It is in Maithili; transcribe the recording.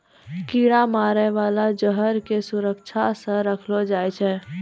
कीरा मारै बाला जहर क सुरक्षा सँ रखलो जाय छै